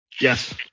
Yes